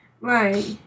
Right